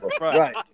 Right